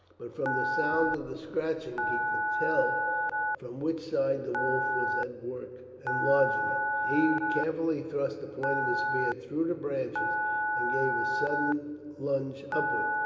but from the sound of the scratching he could tell from which side the wolf was at work enlarging it. he carefully thrust the point of his spear through the branches and gave a sudden lunge upwards.